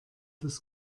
das